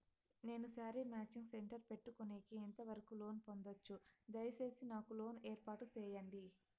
నేను sari matching centre పెట్టుకునేకి ఎంత వరకు లోను పొందొచ్చు? దయసేసి నాకు లోను ఏర్పాటు సేయండి?